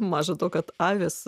maža to kad avys